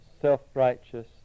self-righteous